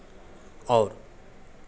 और